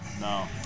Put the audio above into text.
No